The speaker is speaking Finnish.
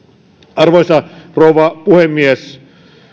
arvoisa rouva puhemies